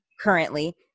currently